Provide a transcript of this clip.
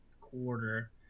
quarter